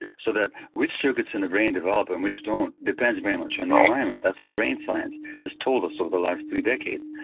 so that which circuits in the brain develop and which don't depends very much on the environment. that's what what brain science has told us over the last three decades.